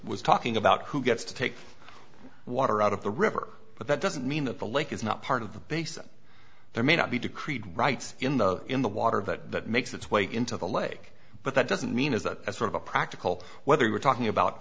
was talking about who gets to take water out of the river but that doesn't mean that the lake is not part of the basin there may not be decreed rights in the in the water that makes its way into the lake but that doesn't mean is that sort of a practical whether we're talking about